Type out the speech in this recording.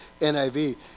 NIV